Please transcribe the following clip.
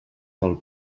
del